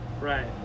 Right